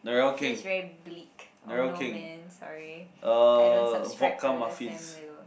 he's very bleak oh no man sorry I don't subscribe to the Sam Willows